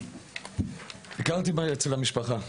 ביקרתי אצל המשפחה,